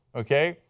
okay.